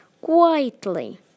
quietly